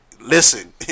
listen